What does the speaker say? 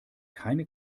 keine